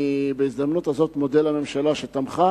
בהזדמנות זו אני מודה לממשלה שתמכה,